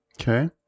Okay